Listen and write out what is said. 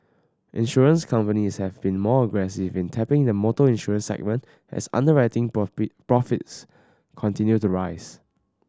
insurance companies have been more aggressive in tapping the motor insurance segment as underwriting profit profits continues to rise